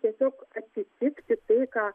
tiesiog atitikti tai ką